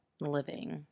living